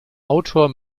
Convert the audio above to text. autor